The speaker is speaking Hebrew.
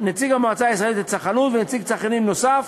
נציג המועצה הישראלית לצרכנות ונציג צרכנים נוסף,